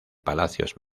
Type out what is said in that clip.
palacios